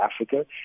Africa